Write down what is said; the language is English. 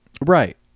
right